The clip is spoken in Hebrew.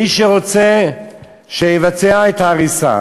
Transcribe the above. מי שרוצה שיבצע את ההריסה.